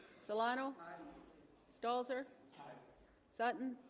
solano stalls er sutton